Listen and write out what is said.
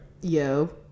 Yo